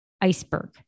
iceberg